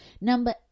Number